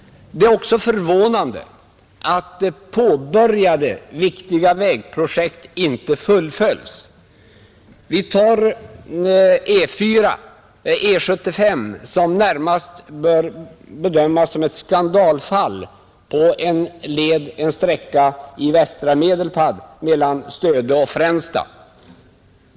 Det är också förvånande att påbörjade viktiga vägprojekt inte fullföljs. Vi kan ta E75 som närmast bör bedömas som ett skandalfall på en sträcka i västra Medelpad mellan Stöde och Fränsta.